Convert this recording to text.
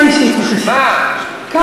מה הוא עם כאפיה בכלל?